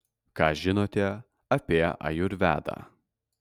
ką žinote apie ajurvedą